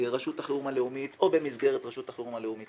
רשות החירום הלאומית או במסגרת רשות החירום הלאומית.